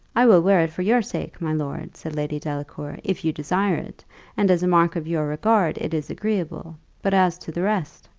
i will wear it for your sake, my lord, said lady delacour, if you desire it and as a mark of your regard it is agreeable but as to the rest